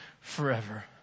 forever